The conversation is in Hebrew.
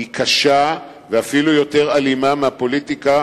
היא קשה ואפילו יותר אלימה מהפוליטיקה